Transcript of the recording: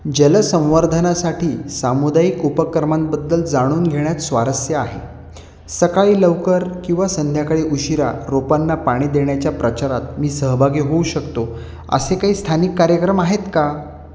जलसंवर्धनासाठी सामुदायिक उपक्रमांबद्दल जाणून घेण्यात स्वारस्य आहे सकाळी लवकर किंवा संध्याकाळी उशिरा रोपांना पाणी देण्याच्या प्रचारात मी सहभागी होऊ शकतो असे काही स्थानिक कार्यक्रम आहेत का